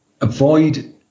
avoid